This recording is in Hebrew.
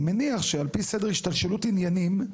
אני מניח שעל פי סדר השתלשלות עניינים,